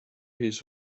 his